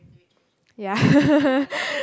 yeah